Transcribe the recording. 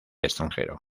extranjero